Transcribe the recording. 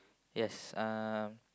yes um